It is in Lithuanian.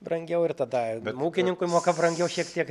brangiau ir tada ūkininkui moka brangiau šiek tiek